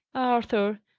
arthur!